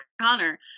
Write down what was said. Connor